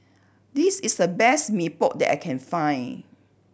this is the best Mee Pok that I can find